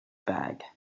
bag